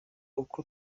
uko